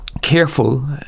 careful